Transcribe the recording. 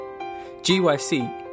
gyc